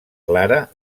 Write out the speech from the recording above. clara